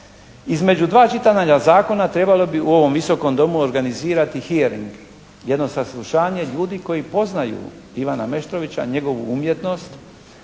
Između dva čitanja zakona trebalo bi u ovom Visokom domu organizirati «hearing», jedno saslušanje ljudi koji poznaju Ivana Meštrovića, njegovu umjetnost